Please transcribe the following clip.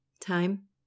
Time